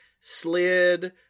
slid